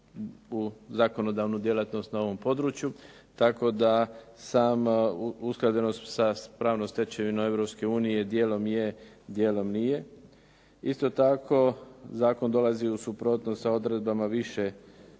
u zakonodavnu djelatnost na ovom području, tako da sama usklađenost sa pravnom stečevinom Europske unije dijelom je dijelom nije. Isto tako zakon dolazi u suprotnost sa odredbama više